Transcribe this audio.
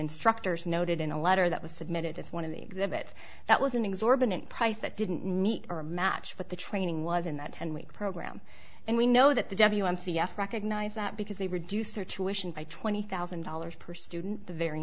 instructors noted in a letter that was submitted as one of the exhibits that was an exorbitant price that didn't meet or match what the training was in that ten week program and we know that the devil you m c f recognize that because they reduced their tuition by twenty thousand dollars per student the very